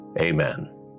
Amen